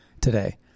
today